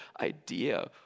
idea